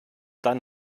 dann